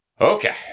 Okay